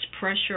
pressure